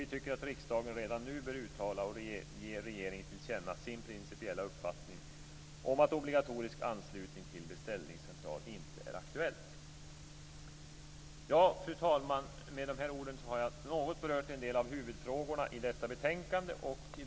Vi tycker att riksdagen redan nu bör uttala och ge regeringen till känna sin principiella uppfattning om att obligatorisk anslutning till beställningscentral inte är aktuellt. Fru talman! Med detta har jag något berört en del av huvudfrågorna i detta betänkande.